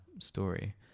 story